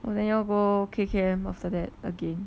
oh then yall go K_K_M after that again